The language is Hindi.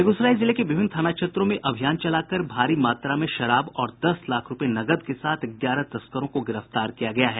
बेगूसराय जिले के विभिन्न थाना क्षेत्रों में अभियान चलाकर भारी मात्रा में शराब और दस लाख रूपये नकद के साथ ग्यारह तस्करों को गिरफ्तार किया गया है